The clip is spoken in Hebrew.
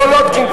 סולודקין,